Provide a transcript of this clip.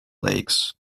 lakes